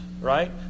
right